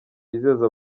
yizeza